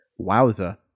Wowza